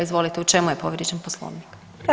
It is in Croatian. Izvolite u čemu je povrijeđen Poslovnik?